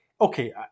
okay